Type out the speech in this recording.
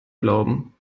glauben